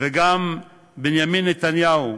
וגם בנימין נתניהו,